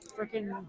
freaking